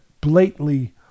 blatantly